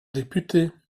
député